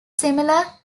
similar